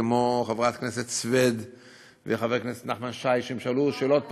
כמו חברת הכנסת סויד וחבר הכנסת נחמן שי ששאלו שאלות פרטניות,